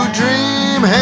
dream